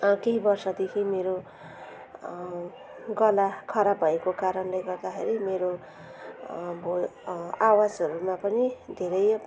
केही वर्षदेखि मेरो गला खराब भएको कारणले गर्दाखेरि मेरो भोकल आवाजहरूमा पनि धेरै